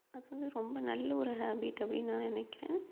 அப்போ தான் ரொம்ப நல்ல ஒரு ஹாபிட் அப்படின்னு நான் நினைக்கிறேன்